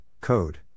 code